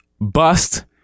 bust